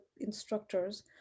instructors